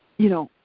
you know,